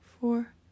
four